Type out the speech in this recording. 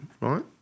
right